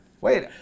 Wait